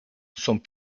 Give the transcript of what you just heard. sont